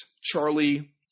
Charlie